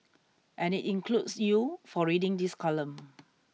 and it includes you for reading this column